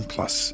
Plus